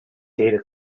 data